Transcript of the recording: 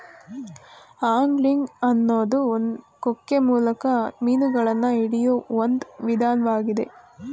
angling ಅನ್ನೋದು ಕೊಕ್ಕೆ ಮೂಲಕ ಮೀನುಗಳನ್ನ ಹಿಡಿಯೋ ಒಂದ್ ವಿಧಾನ್ವಾಗಿದೆ